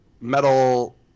metal